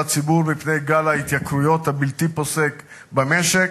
הציבור מפני גל ההתייקרויות הבלתי-פוסק במשק,